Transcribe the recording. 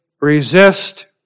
resist